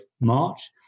March